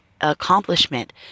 accomplishment